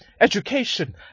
education